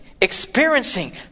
experiencing